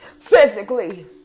physically